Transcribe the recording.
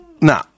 Nah